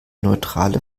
neutrale